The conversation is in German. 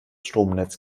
stromnetz